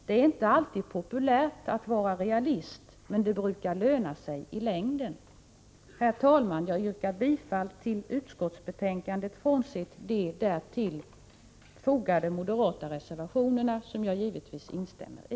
Det är inte alltid populärt att vara realist, men det brukar löna sig i längden. Herr talman! Jag yrkar bifall till utskottets hemställan frånsett de delar som täcks av de moderata reservationerna, vilka jag givetvis instämmer i.